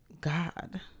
god